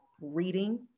Reading